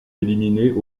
éliminée